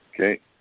Okay